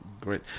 Great